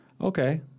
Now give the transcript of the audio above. okay